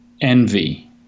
envy